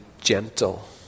gentle